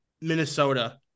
Minnesota